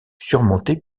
surmontée